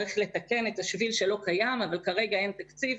צריך לתקן את השביל שלא קיים אבל כרגע אין תקציב,